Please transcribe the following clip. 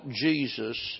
Jesus